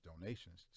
donations